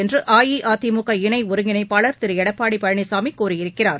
என்று அஇஅதிமுக இணை ஒருங்கிணைப்பாளர் திரு எடப்பாடி பழனிசாமி கூறியிருக்கிறார்